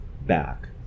back